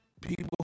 people